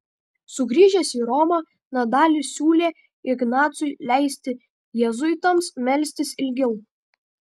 sugrįžęs į romą nadalis siūlė ignacui leisti jėzuitams melstis ilgiau